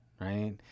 right